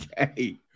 Okay